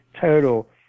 total